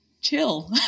chill